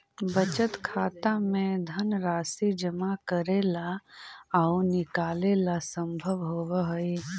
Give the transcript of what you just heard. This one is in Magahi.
बचत खाता में धनराशि जमा करेला आउ निकालेला संभव होवऽ हइ